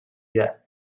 yet